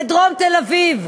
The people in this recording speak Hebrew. בדרום תל-אביב,